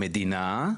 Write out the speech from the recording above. המדינה,